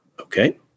Okay